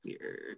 weird